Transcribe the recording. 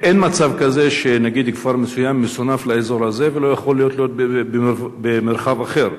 אין מצב כזה שכפר מסוים מסונף לאזור הזה ולא יכול להיות במרחב אחר?